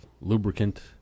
lubricant